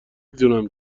دونم